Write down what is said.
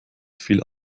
viel